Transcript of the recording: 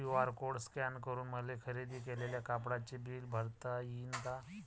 QR code scan करून मले खरेदी केलेल्या कापडाचे बिल भरता यीन का?